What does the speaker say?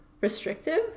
restrictive